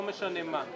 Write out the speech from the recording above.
לא משנה מה,